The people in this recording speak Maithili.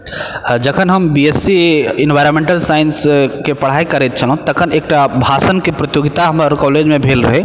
जखन हम बी एस सी इन्वाइरनमेन्टल साइन्सके पढ़ाइ करय छलहुँ तखन एक टा भाषणके प्रतियोगिता हमर कॉलेजमे भेल रहय